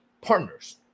partners